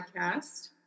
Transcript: podcast